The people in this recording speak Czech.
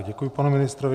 Děkuji panu ministrovi.